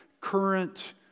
current